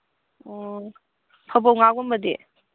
ꯑꯣ ꯐꯥꯕꯧꯉꯥꯒꯨꯝꯕꯗꯤ